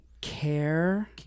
Care